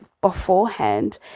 beforehand